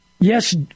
Yes